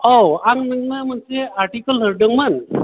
औ आं नोंनो मोनसे आरथिखोल हरदोंमोन